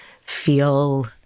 feel